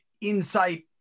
insight